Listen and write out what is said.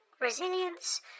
resilience